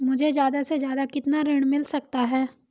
मुझे ज्यादा से ज्यादा कितना ऋण मिल सकता है?